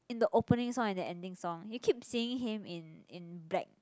in the opening song and the ending song you keep seeing him in in black